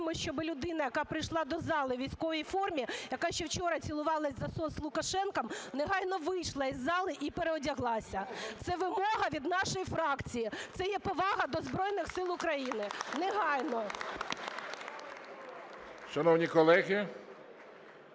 щоби людина, яка прийшла до зали у військовій формі, яка ще вчора цілувала взасос з Лукашенком, негайно вийшла із зали і переодяглася. Це вимога від нашої фракції. Це є повага до Збройних Сил України. Негайно!